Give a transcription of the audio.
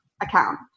account